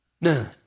None